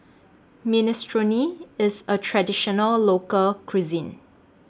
Minestrone IS A Traditional Local Cuisine